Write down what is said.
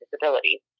disabilities